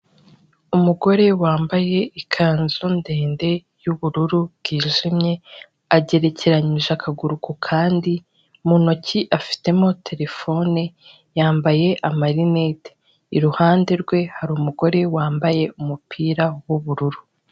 Umugore wambaye ikanzu ndende y'ubururu bwijimye, agerekeranije akaguru ku kandi mu ntoki afitemo terefone, yambaye amarinete. Iruhande rwe hari umugore wambaye umupira w'ubururu.